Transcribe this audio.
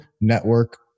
network